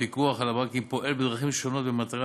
הפיקוח על הבנקים פועל בדרכים שונות במטרה